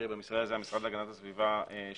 המשרד להגנת הסביבה,